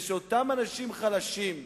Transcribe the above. זה שאותם אנשים חלשים,